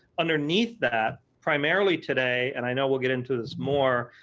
underneath that, primarily today, and i know we'll get into this more,